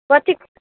कथिक